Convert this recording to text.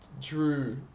drew